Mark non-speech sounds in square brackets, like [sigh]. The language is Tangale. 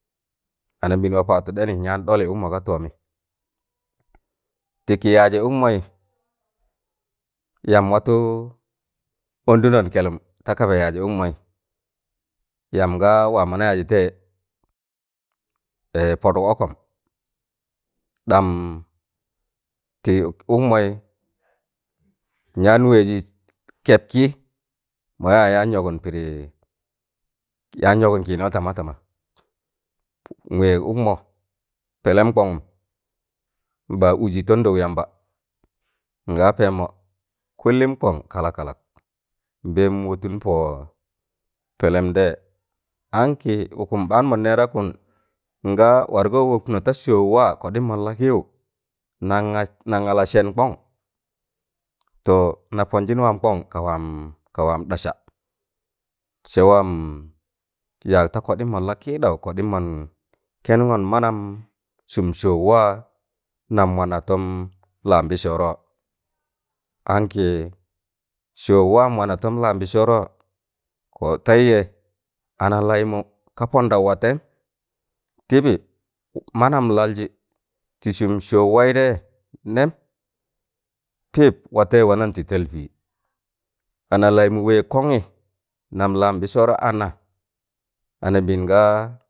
Anambịịna wa paattụ ɗẹnị yaan ɗọlị ụkmọ ga tọọmị ti kị yaajị ụkmọị yamb watụ ondụnọn kẹlụm takaba yaajị ukmọị yamb gaa waam wụna yajị tẹịjẹ [hesitation] pọdụk ọkọm ɗam tị ụkmọị nyaan wẹẹjị kẹbkị mo ya yọgụn pịdịị yaan yọgụn kịịnọ tama tama nwẹẹg ụkmọ pẹlẹm kọngụm nɓa ụjị tọndọụ yamba nga pẹẹmọ kụllịm kọn kalak kalak nbẹẹm wọtụn pọọ pẹlẹm dẹyẹ ankị ukụm ɓaan mọn nẹẹdakkụn ngaa wargọ wọpnọ ta sọọụ kọɗịm mọn la kịịwụ nan ga nan ga la sẹn kọn to na pọnjịn waam kọn ka waam ka waam ɗasa sẹ waam yaag ta kọɗịm mọn la kịwụ kọɗịm mọn kẹngọn manam sụm sọọụ waa nam wana tọm lambịsọọrọọ ankị sọọụ waam wana tọm la mbịssọn kọtẹịjẹ analaịmụ ka pọndaụ watẹịyịm tịbị manam laljị tị sụm sọọụ wẹịtẹ yẹ nẹm pịp watẹịyẹ wanan tị talpịị analaịmụ wẹẹg kọnị nam lambịsọọrọ ana anambịịn gaa